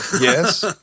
Yes